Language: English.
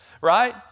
Right